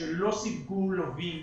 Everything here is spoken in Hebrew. שלא סיפקו לווים